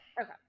Okay